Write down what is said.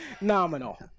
Nominal